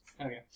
Okay